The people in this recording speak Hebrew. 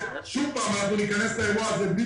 שוב פעם אנחנו ניכנס לאירוע הזה בלי